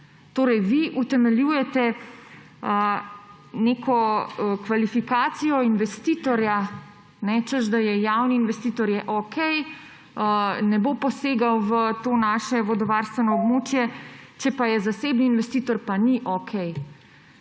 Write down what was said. Torej vi utemeljujete neko kvalifikacijo investitorja, češ da je javni investitor okej, ne bo posegal v to naše vodovarstveno območje, če pa je zasebni investitor, pa ni okej.